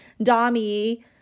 Dami